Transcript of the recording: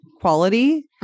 quality